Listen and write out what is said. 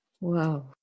Wow